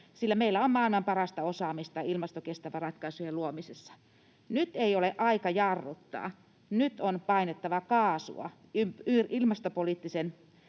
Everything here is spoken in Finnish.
sillä meillä on maailman parasta osaamista ilmastokestävien ratkaisujen luomisessa. Nyt ei ole aika jarruttaa. Nyt on painettava kaasua ilmastoystävällisten